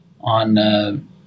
on